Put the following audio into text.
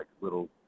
little